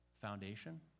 foundation